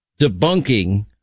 debunking